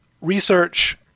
research